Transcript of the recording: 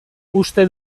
uste